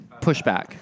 pushback